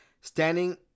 standing